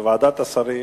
ובוועדת השרים